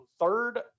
third